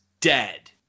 dead